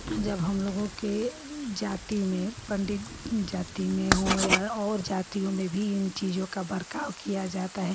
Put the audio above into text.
जब हम लोगों के जाति में पंडित जाति में हो या और जातियों में भी इन चीजों का बर्ताव किया जाता है